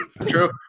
True